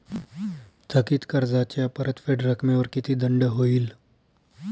थकीत कर्जाच्या परतफेड रकमेवर किती दंड होईल?